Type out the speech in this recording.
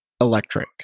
electric